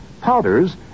powders